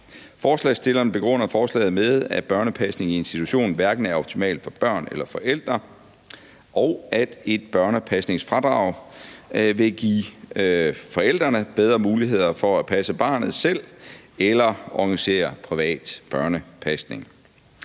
Forslagsstillerne begrunder forslaget med, at børnepasning i institution hverken er optimalt for børn eller forældre, og at et børnepasningsfradrag vil give forældrene bedre muligheder for at passe barnet selv eller organisere privat børnepasning.